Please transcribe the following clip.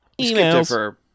Emails